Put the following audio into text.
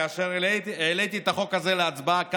כאשר העליתי את החוק הזה להצבעה כאן,